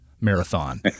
marathon